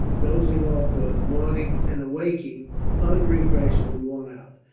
dozing off towards morning and awaking unrefreshed and worn out.